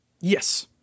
Yes